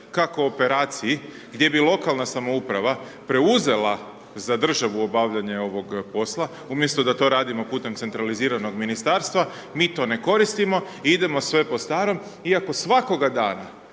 kako operaciji gdje bi lokalna samouprava preuzela za državu obavljanje ovog posla, umjesto da to radimo putem centraliziranog Ministarstva, mi to ne koristimo, idemo sve po starome, iako svakoga dana,